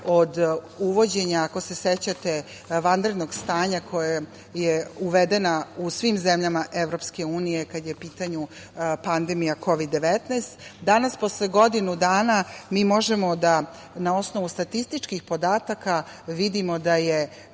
od uvođenja, ako se sećate, vanrednog stanja, koje je uvedeno u svim zemljama EU, kada je u pitanju pandemija Kovid 19. Danas posle godinu dana mi možemo na osnovu statističkih podataka da vidimo da je